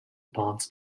bonds